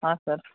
हां सर